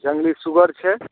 जङ्गली सुगर छै